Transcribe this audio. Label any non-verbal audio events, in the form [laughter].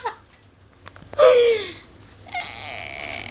[laughs]